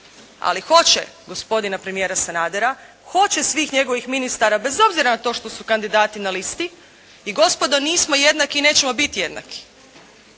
Ali hoće gospodina premijera Sanadera, hoće svih njegovih ministara bez obzira na to što su kandidati na listi. I gospodo nismo jednaki i nećemo biti jednaki.